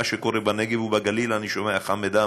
מה שקורה בנגב ובגליל אני שומע מחמד עמאר,